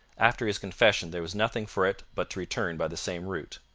after his confession there was nothing for it but to return by the same route.